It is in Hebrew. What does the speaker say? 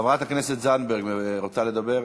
חברת הכנסת זנדברג רוצה לדבר?